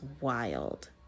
wild